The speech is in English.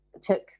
took